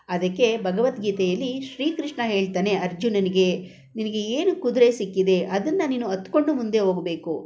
ಅದಕ್ಕೆ ಭಗವದ್ಗೀತೆಯಲ್ಲಿ ಶ್ರೀಕೃಷ್ಣ ಹೇಳ್ತಾನೆ ಅರ್ಜುನನಿಗೆ ನಿನಗೆ ಏನು ಕುದುರೆ ಸಿಕ್ಕಿದೆ ಅದನ್ನು ನೀನು ಹತ್ಕೊಂಡು ಮುಂದೆ ಹೋಗ್ಬೇಕು